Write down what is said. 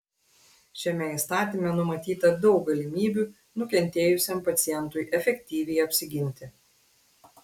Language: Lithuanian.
šiame įstatyme numatyta daug galimybių nukentėjusiam pacientui efektyviai apsiginti